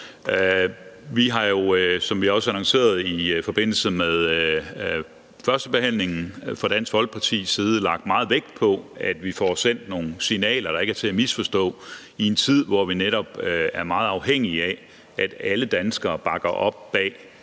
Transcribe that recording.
Vi har jo, som vi også annoncerede i forbindelse med førstebehandlingen, fra Dansk Folkepartis side lagt meget vægt på, at vi får sendt nogle signaler, der ikke er til at misforstå, i en tid, hvor vi netop er meget afhængige af, at alle danskere bakker op bag